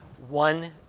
One